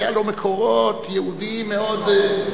היו לו מקורות יהודיים מאוד,